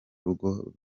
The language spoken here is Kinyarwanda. rugo